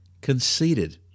conceited